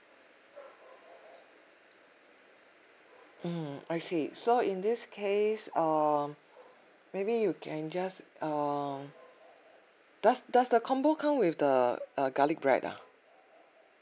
mm I see so in this case err maybe you can just err does does the combo come with the uh garlic bread ah